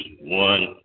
one